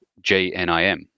JNIM